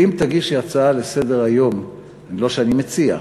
אם תגישי הצעה לסדר-היום, לא שאני מציע,